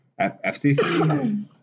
FCC